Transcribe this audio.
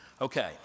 Okay